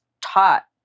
taught